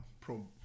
Pro